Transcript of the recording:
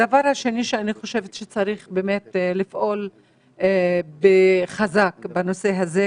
הדבר השני שאני חושבת שצריך לפעול חזק בנושא הזה,